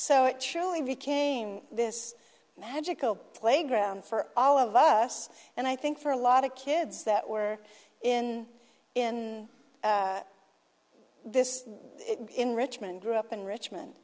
so it surely became this magical playground for all of us and i think for a lot of kids that were in in this in richmond grew up in richmond